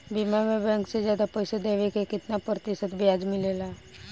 बीमा में बैंक से ज्यादा पइसा देवेला का कितना प्रतिशत ब्याज मिलेला?